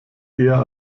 eher